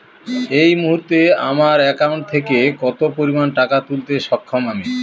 এই মুহূর্তে আমার একাউন্ট থেকে কত পরিমান টাকা তুলতে সক্ষম আমি?